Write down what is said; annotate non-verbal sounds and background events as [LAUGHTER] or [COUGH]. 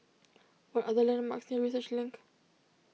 [NOISE] what are the landmarks near Research Link